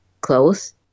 close